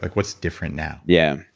like what's different now? yeah,